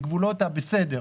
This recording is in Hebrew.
מגבולות הבסדר,